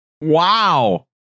Wow